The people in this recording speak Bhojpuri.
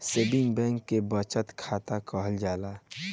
सेविंग बैंक के बचत खाता कहल जाला